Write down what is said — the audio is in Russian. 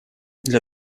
для